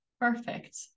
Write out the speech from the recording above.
perfect